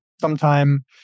sometime